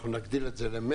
אנחנו נגדיל את זה ל-100,